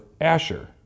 Asher